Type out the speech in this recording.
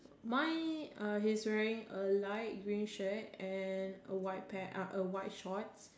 mine uh he's wearing a light green shirt and then a white pant uh a white shorts